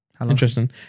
Interesting